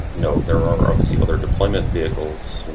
you know there are obviously other deployment vehicles.